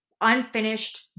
unfinished